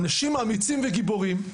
אנשים אמיצים וגיבורים,